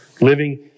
living